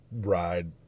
ride